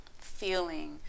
feeling